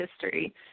history